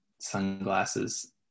sunglasses